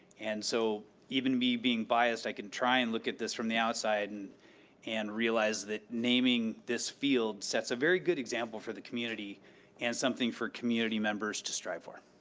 and so, even me being biased, i can try and look at this from the outside and and realize that naming this field sets a very good example for the community and something for community members to strive for.